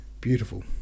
beautiful